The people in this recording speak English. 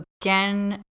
again